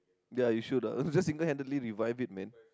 ya you should ah just single handedly revive it man